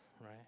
right